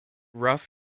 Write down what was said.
rough